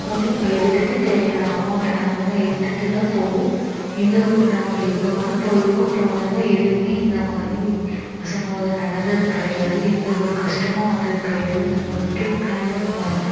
அப்படியே எடுத்துகிட்டு தேவையான அமௌண்ட் அந்த மாதிரிலாம் எடுத்துகிட்டு தான் போவோம் எந்த ஒரு நாங்கள் இவ்வளோ நாள் போயிருக்கோம் போனதில் எதுவுமே இந்த மாதிரி அசம்பாவிதம் நடந்தது கிடையாது எந்த ஒரு கஷ்டமும் வந்தது கிடையாது நாங்கள் ஒரு டிரிப் ப்ளான் பண்ணி போனோம்னால்